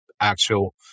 actual